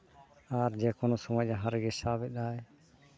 ᱟᱨ ᱡᱮ ᱠᱳᱱᱳ ᱥᱚᱢᱚᱭ ᱡᱟᱦᱟᱸ ᱨᱮᱜᱮ ᱥᱟᱵ ᱮᱫᱟᱭ